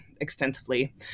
extensively